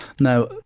Now